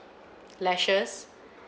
lashes